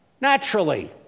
Naturally